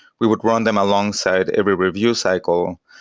we would run them alongside every review cycle.